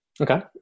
Okay